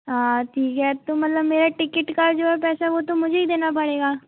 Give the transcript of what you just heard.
हाँ ठीक है तो मतलब मेरी टिकेट का जो है पैसा वो तो मुझे ही देना पड़ेगा